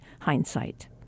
hindsight